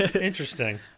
Interesting